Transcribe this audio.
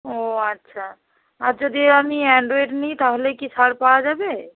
ও আচ্ছা আর যদি আমি অ্যানড্রয়েড তাহলে কি ছাড় পাওয়া যাবে